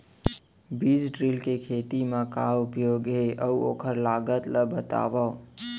बीज ड्रिल के खेत मा का उपयोग हे, अऊ ओखर लागत ला बतावव?